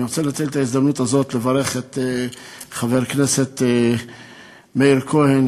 אני רוצה לנצל את ההזדמנות הזאת כדי לברך את חבר הכנסת מאיר כהן,